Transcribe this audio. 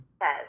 Yes